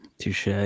Touche